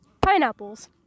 Pineapples